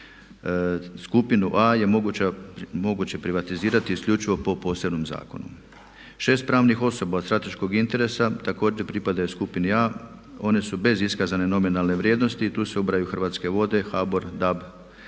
Skupinu A je moguće privatizirati isključivo po posebnom zakonu. 6 pravnih osoba od strateškog interesa također pripadaju skupini A, one su bez iskazane nominalne vrijednosti, tu se ubrajaju Hrvatske vode, HABOR, Dap, HANDA, FINA